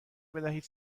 بدهید